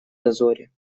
дозоре